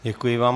Děkuji vám.